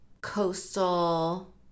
coastal